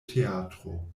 teatro